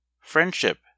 Friendship